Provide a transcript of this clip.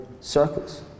circles